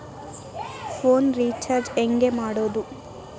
Phone recharge ಹೆಂಗೆ ಮಾಡೋದು?